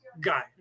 Guy